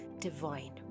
divine